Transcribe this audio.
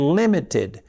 limited